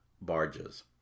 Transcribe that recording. barges